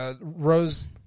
Rose